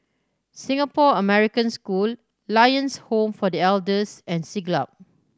Singapore American School Lions Home for The Elders and Siglap